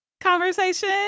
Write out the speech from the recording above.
conversation